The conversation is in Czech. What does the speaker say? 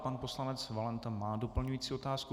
Pan poslanec Valenta má doplňující otázku.